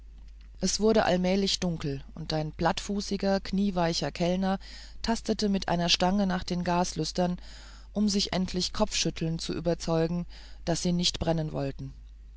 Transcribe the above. es wurde allmählich dunkel und ein plattfußiger knieweicher kellner tastete mit einer stange nach den gaslüstern um sich endlich kopfschüttelnd zu überzeugen daß sie nicht brennen wollten